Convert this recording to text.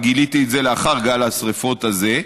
וגיליתי את זה לאחר גל השרפות הזה,